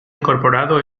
incorporado